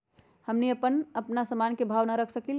हमनी अपना से अपना सामन के भाव न रख सकींले?